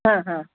हां हां